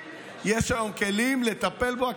יש היום כלים יותר חזקים לטפל בו.